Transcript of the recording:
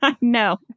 No